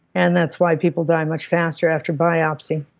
and that's why people die much faster after biopsy.